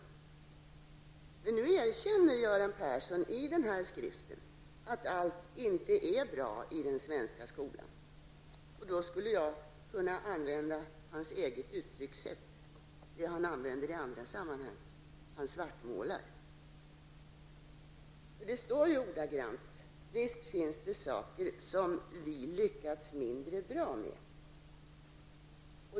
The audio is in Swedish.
Men nu erkänner Göran Persson i skriften att allt inte är bra i den svenska skolan. Jag skulle då kunna använda hans eget uttryckssätt, det han själv använder i andra sammanhang, och säga att han svartmålar. I skriften står det ordagrant: ''Visst finns det saker som vi lyckats mindre bra med.''